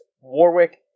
Warwick